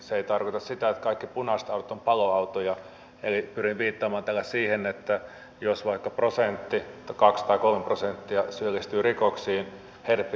valiokuntakin on mietinnössään todennut että maahanmuuttajien määrän voimakas kasvu lisää kuntien kustannuksia merkittävästi ja että myös kotouttamiskorvaukset ovat jääneet selvästi jälkeen yleisestä hintakehityksestä